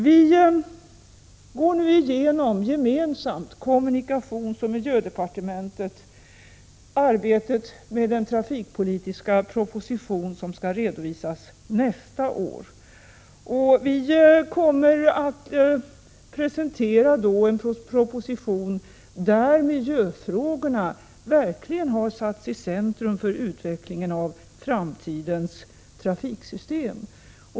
Kommunikationsdepartementet samt miljöoch energidepartementet genomför nu gemensamt arbetet med den trafikpolitiska proposition som skall redovisas nästa år. Vi kommer att presentera en proposition där miljöfrågorna verkligen har satts i centrum när det gäller utveckling av framtidens trafiksystem.